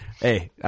Hey